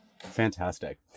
Fantastic